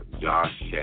Josh